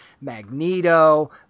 Magneto